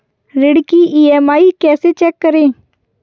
ऋण की ई.एम.आई कैसे चेक करें?